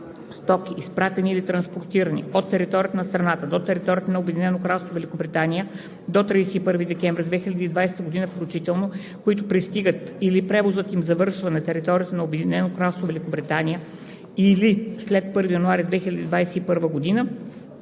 Стоки, изпратени или транспортирани от територията на страната до територията на Обединено кралство Великобритания до 31 декември 2020 г. включително, които пристигат или превозът им завършва на територията на Обединено кралство Великобритания на или след 1 януари 2021 г.,